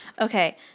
Okay